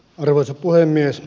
arvoisa puhemies